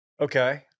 Okay